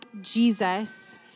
Jesus